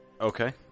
Okay